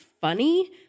funny